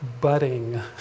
budding